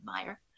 admire